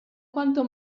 quanto